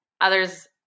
others